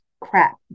crap